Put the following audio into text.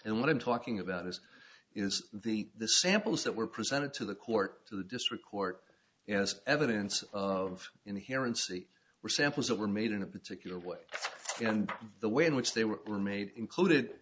and what i'm talking about this is the samples that were presented to the court to the district court as evidence of inherent were samples that were made in a particular way and the way in which they were made included